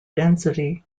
density